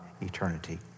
eternity